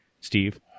Steve